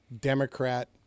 Democrat